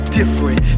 different